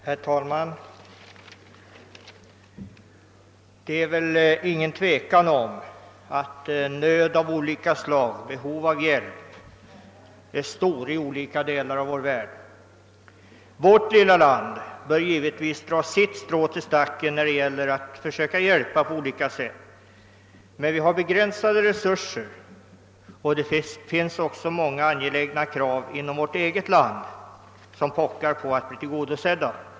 Herr talman! Det är väl ingen tvekan om att behovet av hjälp är stort i olika delar av vår värld. Vårt lilla land bör givetvis dra sitt strå till stacken när det gäller att försöka hjälpa på olika sätt. Men vi har begränsade resurser, och det finns också inom vårt eget land många angelägna krav som pockar på att bli tillgodosedda.